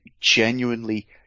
genuinely